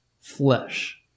flesh